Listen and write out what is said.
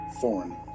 Foreign